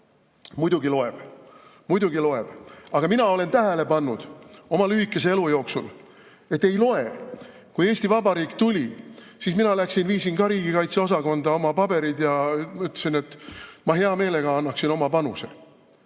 Muidugi loeb! Muidugi loeb, aga mina olen tähele pannud oma lühikese elu jooksul, et [alati] ei loe. Kui Eesti Vabariik tuli, siis mina läksin ja viisin ka riigikaitse osakonda oma paberid ja ütlesin, et ma hea meelega annaksin oma panuse.